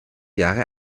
jahre